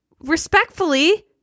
Respectfully